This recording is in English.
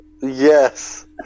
Yes